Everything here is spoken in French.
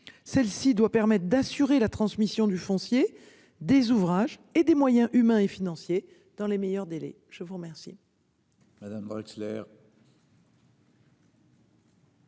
Celle-ci doit permettre d'assurer la transmission du foncier des ouvrages et des moyens humains et financiers dans les meilleurs délais. Je vous remercie.